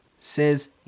says